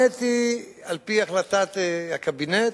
אני התמניתי על-פי החלטת הקבינט,